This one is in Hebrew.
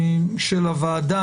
בשביל ההתרשמות הכללית,